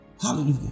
Hallelujah